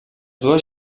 dues